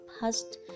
past